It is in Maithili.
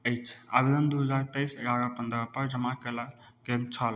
अछि आवेदन दुइ हजार तेइस एगारह पनरहपर जमा कएल गेल छल